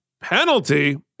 penalty